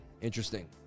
Interesting